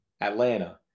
Atlanta